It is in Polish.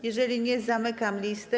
Jeżeli nie, zamykam listę.